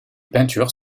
peintures